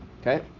Okay